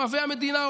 אוהבי המדינה,